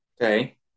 Okay